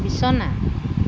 বিছনা